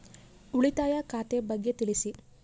ಉಳಿತಾಯ ಖಾತೆ ಬಗ್ಗೆ ತಿಳಿಸಿ?